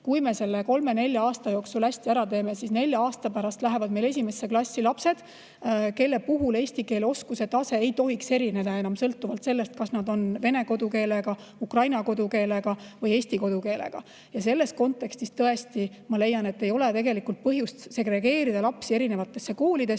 neile selgeks õpetada ka eesti keele –, siis nelja aasta pärast lähevad 1. klassi lapsed, kelle puhul eesti keele oskuse tase ei tohiks erineda enam sõltuvalt sellest, kas ollakse vene kodukeelega, ukraina kodukeelega või eesti kodukeelega. Selles kontekstis tõesti, ma leian, ei ole tegelikult põhjust segregeerida lapsi erinevatesse koolidesse.